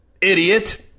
idiot